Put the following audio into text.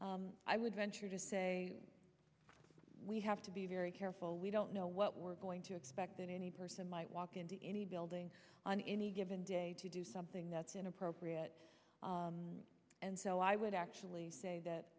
ahead i would venture to say we have to be very careful we don't know what we're going to expect that any person might walk into any building on any given day to do something that's inappropriate and so i would actually say that